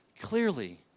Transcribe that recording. clearly